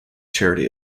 charity